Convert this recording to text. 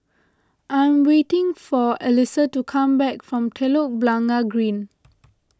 I'm waiting for Alissa to come back from Telok Blangah Green